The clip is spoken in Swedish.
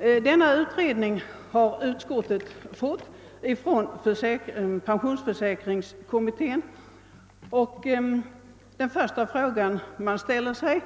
Denna tabell har utskottet fått från pensionsförsäkringskommittén. Den första fråga man ställer sig